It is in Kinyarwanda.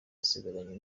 asigaranye